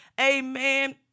Amen